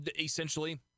Essentially